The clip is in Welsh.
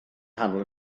nghanol